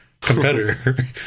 competitor